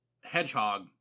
hedgehog